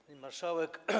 Pani Marszałek!